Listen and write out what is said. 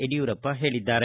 ಯಡಿಯೂರಪ್ಪ ಹೇಳಿದ್ದಾರೆ